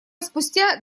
спустя